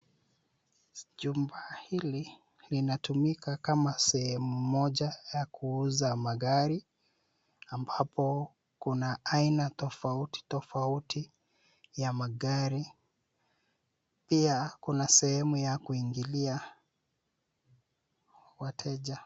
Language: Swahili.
Jumba hili linatumika kama sehemu moja ya kuuza magari ambapo kuna aina tofauti tofauti ya magari, pia kuna sehemu ya kuingilia wateja.